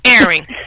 airing